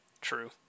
true